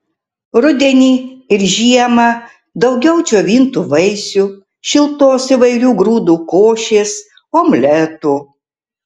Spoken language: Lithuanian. rudenį ir žiemą daugiau džiovintų vaisių šiltos įvairių grūdų košės omletų